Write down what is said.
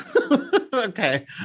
Okay